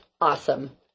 awesome